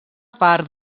part